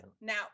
now